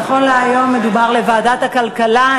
נכון להיום מדובר בוועדת הכלכלה,